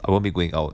I won't be going out